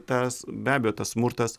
tas be abejo tas smurtas